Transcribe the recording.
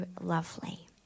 lovely